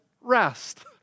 rest